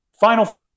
Final